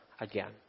again